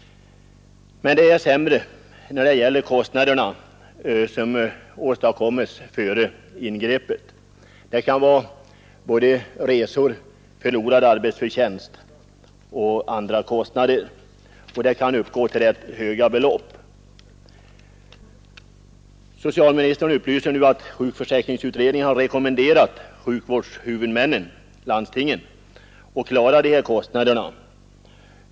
Men det är sämre när det gäller de kostnader som åstadkommes före ingreppet — de kan gälla både resor, förlorad arbetsförtjänst och annat, och de kan uppgå till rätt höga belopp. Socialministern påpekar nu att sjukförsäkringsutredningen har rekommenderat sjukvårdshuvudmännen — landstingen — att klara de här kostnaderna.